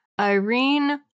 Irene